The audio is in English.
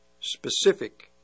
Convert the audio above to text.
specific